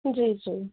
जी जी